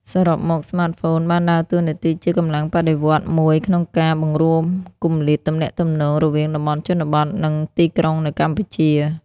សរុបមក ស្មាតហ្វូនបានដើរតួនាទីជាកម្លាំងបដិវត្តន៍មួយក្នុងការ បង្រួមគម្លាតទំនាក់ទំនង រវាងតំបន់ជនបទ និងទីក្រុងនៅកម្ពុជា។